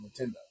Nintendo